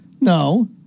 No